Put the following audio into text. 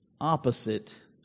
Opposite